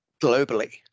globally